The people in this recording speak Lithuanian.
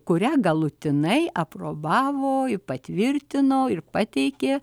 kurią galutinai aprobavo patvirtino ir pateikė